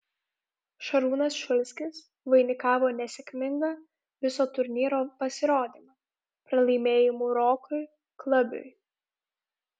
šarūnas šulskis vainikavo nesėkmingą viso turnyro pasirodymą pralaimėjimu rokui klabiui